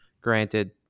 Granted